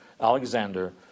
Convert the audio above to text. Alexander